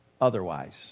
otherwise